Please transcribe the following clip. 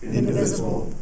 indivisible